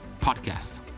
podcast